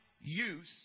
use